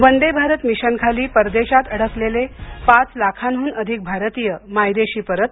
वंदे भारत मिशनखाली परदेशात अडकलेले पाच लाखांहून अधिक भारतीय मायदेशी परत